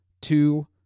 two